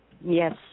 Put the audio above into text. Yes